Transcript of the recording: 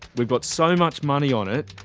we've got so much money on it,